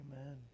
Amen